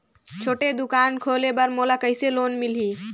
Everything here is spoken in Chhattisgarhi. छोटे दुकान खोले बर मोला कइसे लोन मिलही?